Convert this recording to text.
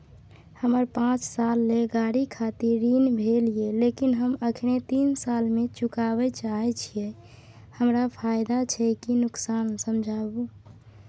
हमर पाँच साल ले गाड़ी खातिर ऋण भेल ये लेकिन हम अखने तीन साल में चुकाबे चाहे छियै हमरा फायदा छै की नुकसान समझाबू?